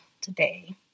today